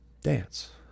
Dance